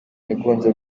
yagonze